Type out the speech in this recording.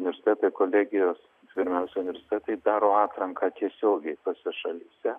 universitetai kolegijos pirmiausia universitetai daro atranką tiesiogiai tose šalyse